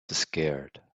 scared